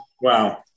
Wow